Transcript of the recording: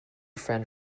friend